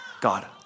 God